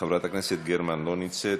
חברת הכנסת גרמן, לא נמצאת,